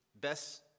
best